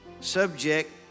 subject